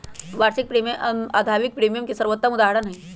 वार्षिक प्रीमियम आवधिक प्रीमियम के सर्वोत्तम उदहारण हई